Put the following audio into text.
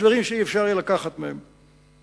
יש דברים שאי-אפשר לקחת מהם.